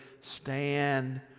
Stand